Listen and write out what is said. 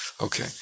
Okay